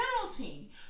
penalty